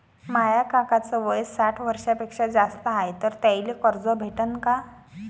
माया काकाच वय साठ वर्षांपेक्षा जास्त हाय तर त्याइले कर्ज भेटन का?